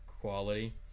quality